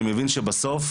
אני מבין שבסוף,